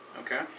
okay